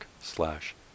slash